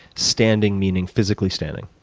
standing meaning physically standing?